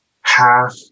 Half